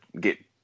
get